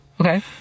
Okay